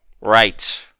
Right